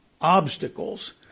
obstacles